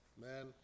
Man